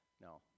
no